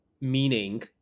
meaning